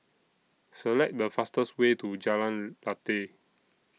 Select The fastest Way to Jalan Lateh